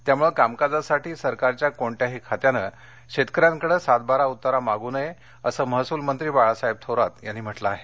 त्यामुळे कामकाजासाठी सरकारच्या कोणत्याही खात्याने शेतकऱ्यांकडे सातबारा उतारा मागू नये असं महसूलमंत्री बाळासाहेब थोरात यांनी म्हटलं आहे